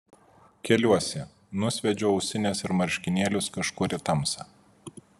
keliuosi nusviedžiu ausines ir marškinėlius kažkur į tamsą